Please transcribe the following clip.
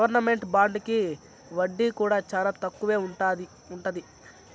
government బాండుకి వడ్డీ కూడా చానా తక్కువే ఉంటది